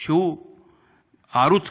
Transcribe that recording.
שהוא ערוץ